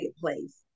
place